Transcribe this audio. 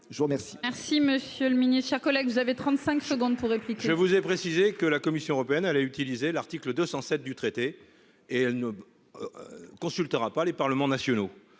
je vous remercie. Merci, monsieur le Ministre, chers collègues, vous avez 35 secondes pour. Je vous ai précisé que la Commission européenne, elle a utilisé l'article 207 du traité et elle ne. Consultera pas les parlements nationaux.